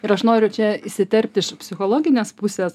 ir aš noriu čia įsiterpti iš psichologinės pusės